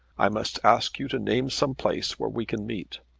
i must ask you to name some place where we can meet.